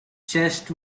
chest